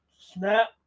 Snap